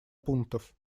пунктов